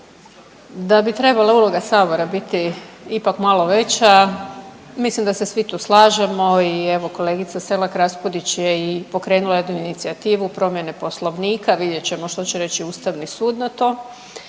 Da bi trebala uloga Sabora biti ipak malo veća, mislim da se svi tu slažemo i evo kolegica Selak Raspudić je i pokrenula jednu inicijativu promjene Poslovnika, vidjet ćemo što će reći Ustavni sud na to,